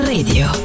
Radio